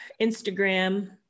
Instagram